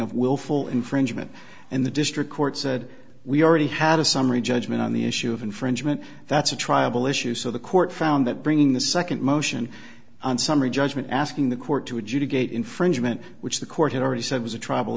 of willful infringement and the district court said we already had a summary judgment on the issue of infringement that's a triable issue so the court found that bringing the second motion on summary judgment asking the court to adjudicate infringement which the court had already said was a tr